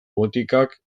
botikak